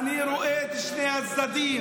אני רואה את שני הצדדים.